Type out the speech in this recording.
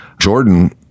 Jordan